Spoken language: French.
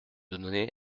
donner